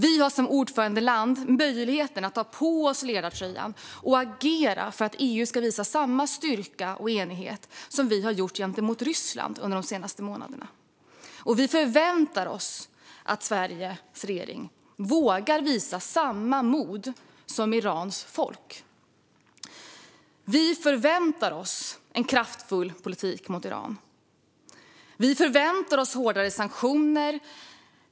Vi har som ordförandeland möjlighet att ta på oss ledartröjan och agera för att EU ska visa samma styrka och enighet som vi har gjort gentemot Ryssland under de senaste månaderna. Vi förväntar oss att Sveriges regering vågar visa samma mod som Irans folk. Vi förväntar oss en kraftfull politik mot Iran. Vi förväntar oss hårdare sanktioner.